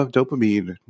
Dopamine